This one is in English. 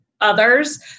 others